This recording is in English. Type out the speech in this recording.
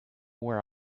where